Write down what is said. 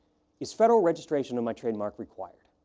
is federal registration of my trademark required.